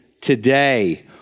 today